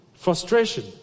Frustration